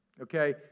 Okay